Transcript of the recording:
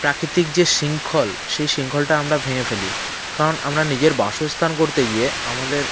প্রাকৃতিক যে শৃঙ্খল সেই শৃঙ্খলটা আমরা ভেঙে ফেলি কারণ আমরা নিজের বাসস্থান গড়তে গিয়ে আমাদের